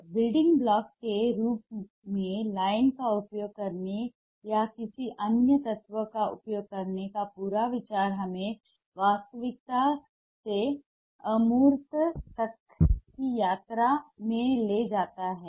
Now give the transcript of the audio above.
तो building block के रूप में लाइन का उपयोग करने या किसी अन्य तत्व का उपयोग करने का पूरा विचार हमें वास्तविकता से अमूर्त तक की यात्रा में ले जाता है